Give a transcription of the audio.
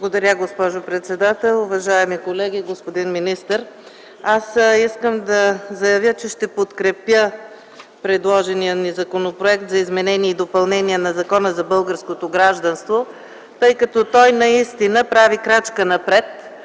Благодаря, госпожо председател. Уважаеми колеги, господин министър! Аз искам да заявя, че ще подкрепя предложения ни Законопроект за изменение и допълнение на Закона за българското гражданство, тъй като той наистина прави крачка напред